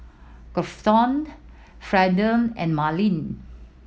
Grafton Fernand and Marlee